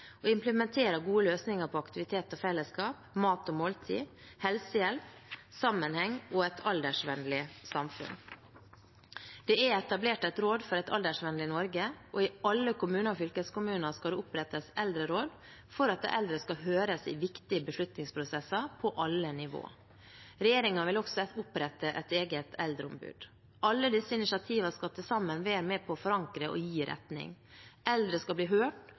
og implementerer gode løsninger for aktivitet og fellesskap, mat og måltider, helsehjelp, sammenhenger og et aldersvennlig samfunn. Det er etablert et råd for et aldersvennlig Norge, og i alle kommuner og fylkeskommuner skal det opprettes eldreråd for at eldre skal høres i viktige beslutningsprosesser på alle nivåer. Regjeringen vil også opprette et eget eldreombud. Alle disse initiativene skal til sammen være med på å forankre og gi retning. Eldre skal bli hørt,